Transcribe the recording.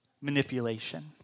Manipulation